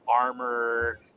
armor